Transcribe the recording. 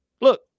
Look